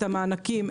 את המענקים,